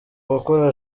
gukora